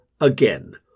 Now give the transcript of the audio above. again